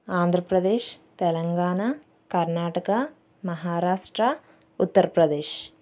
Andhra Pradesh Telangana Karnataka Maharashtra Uttar Pradesh